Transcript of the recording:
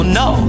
no